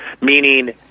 meaning